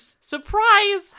surprise